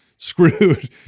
Screwed